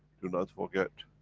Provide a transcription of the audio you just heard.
do not forget,